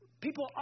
people